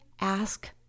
ask